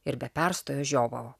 ir be perstojo žiovavo